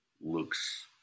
looks